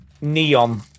neon